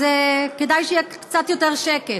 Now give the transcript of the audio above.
אז כדאי שיהיה פה קצת יותר שקט,